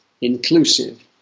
inclusive